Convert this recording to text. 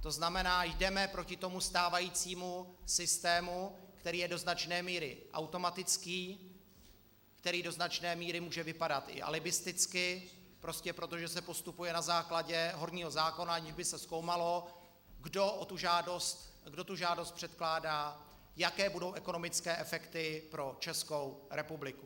To znamená, jdeme proti stávajícímu systému, který je do značné míry automatický, který do značné míry může vypadat i alibisticky, prostě protože se postupuje na základě horního zákona, aniž by se zkoumalo, kdo žádost předkládá, jaké budou ekonomické efekty pro Českou republiku.